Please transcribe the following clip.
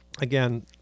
Again